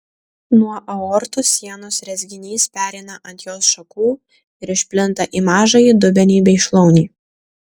nuo aortos sienos rezginys pereina ant jos šakų ir išplinta į mažąjį dubenį bei šlaunį